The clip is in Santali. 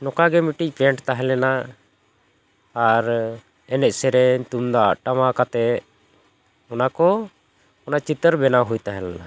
ᱱᱚᱝᱠᱟ ᱜᱮ ᱢᱤᱫᱴᱤᱡ ᱯᱨᱤᱱᱴ ᱛᱟᱦᱮᱸ ᱞᱮᱱᱟ ᱟᱨ ᱮᱱᱮᱡ ᱥᱮᱨᱮᱧ ᱛᱩᱢᱫᱟᱜ ᱴᱟᱢᱟᱠ ᱟᱛᱮᱫ ᱚᱱᱟ ᱠᱚ ᱚᱱᱟ ᱪᱤᱛᱟᱹᱨ ᱵᱮᱱᱟᱣ ᱦᱩᱭ ᱛᱟᱦᱮᱸ ᱞᱮᱱᱟ